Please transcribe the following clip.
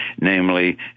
namely